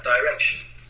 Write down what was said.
direction